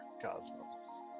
Cosmos